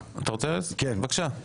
ארז, בבקשה.